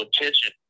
attention